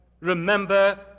Remember